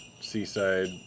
seaside